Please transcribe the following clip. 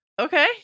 okay